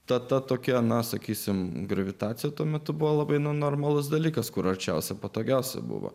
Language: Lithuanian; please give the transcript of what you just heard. tada tokia na sakysime gravitacija tuo metu buvo labai normalus dalykas kur arčiausiai patogiausia buvo